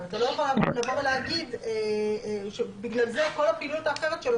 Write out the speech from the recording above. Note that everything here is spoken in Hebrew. אבל אתה לא יכול לבוא ולהגיד שבגלל כל הפעילות האחרת שלו